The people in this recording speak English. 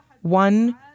one